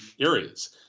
areas